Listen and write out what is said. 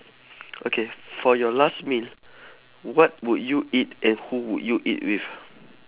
okay for your last meal what would you eat and who would you eat with